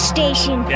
Station